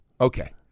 Okay